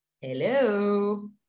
Hello